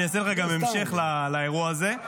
אני אעשה לך גם המשך לאירוע הזה.